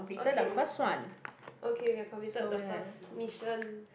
okay okay we have completed the first mission